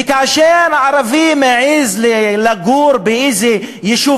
וכאשר ערבי מעז לגור באיזה יישוב